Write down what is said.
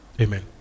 Amen